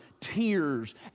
tears